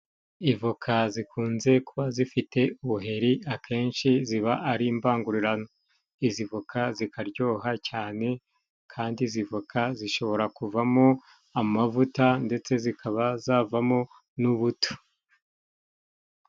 Ivoka zikunze kuba zifite ubuheri akenshi ziba ari imbangurirano, izi voka zikaryoha cyane, kandi izi voka zishobora kuvamo amavuta ndetse zikaba zavamo n'ubuto.